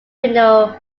windows